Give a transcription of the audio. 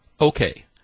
Okay